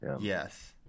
Yes